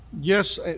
Yes